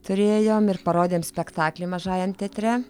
turėjom ir parodėm spektaklį mažajame teatre